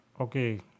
Okay